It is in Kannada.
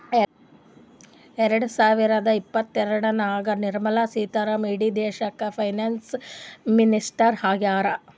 ಎರಡ ಸಾವಿರದ ಇಪ್ಪತ್ತಎರಡನಾಗ್ ನಿರ್ಮಲಾ ಸೀತಾರಾಮನ್ ಇಡೀ ದೇಶಕ್ಕ ಫೈನಾನ್ಸ್ ಮಿನಿಸ್ಟರ್ ಹರಾ